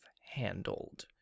handled